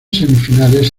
semifinales